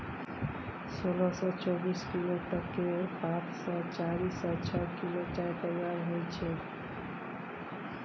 सोलह सँ चौबीस किलो तक केर पात सँ चारि सँ छअ किलो चाय तैयार होइ छै